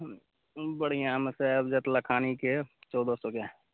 बढ़िआँमे तऽ आबि जायत लखानीके चौदह सएके